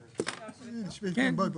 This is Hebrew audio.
בבקשה.